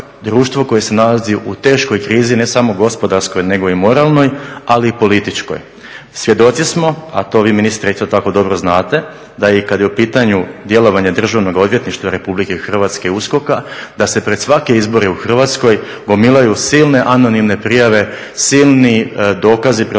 društvo koje se nalazi u teškoj krizi, ne samo gospodarskoj nego i moralnoj, ali i političkoj. Svjedoci smo, a to vi ministre isto tako dobro znate da i kad je u pitanju djelovanje Državnog odvjetništva Republike Hrvatske, USKOK-a, da se pred svake izbore u Hrvatskoj gomilaju silne anonimne prijave, silni dokazi protiv